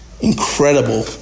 Incredible